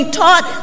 taught